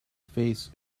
face